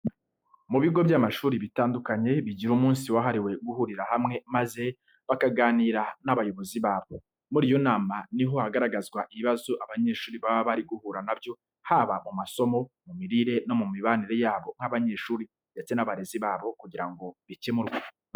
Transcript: Mu bigo by'amashuri bitandukanye bigira umunsi wahariwe guhurira hamwe maze bakaganira n'abayobozi babo. Muri iyo nama ni ho hagaragazwa ibibazo abanyeshuri baba bari guhura na byo haba mu masomo, mu mirire no mu mibanire yabo nk'abanyeshuri ndetse n'abarezi babo kugira ngo bikemurwe.